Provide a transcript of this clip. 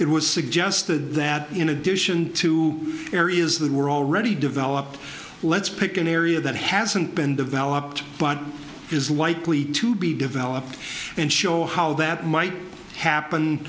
it was suggested that in addition to areas that were already developed let's pick an area that hasn't been developed but is likely to be developed and show how that might happen